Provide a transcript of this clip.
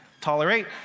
tolerate